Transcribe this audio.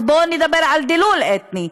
אז בואו נדבר על דילול אתני,